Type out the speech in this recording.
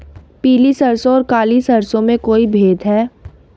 पीली सरसों और काली सरसों में कोई भेद है?